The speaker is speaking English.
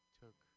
took